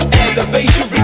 elevation